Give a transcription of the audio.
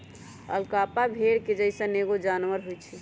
alpaca भेड़ के जइसन एगो जानवर होई छई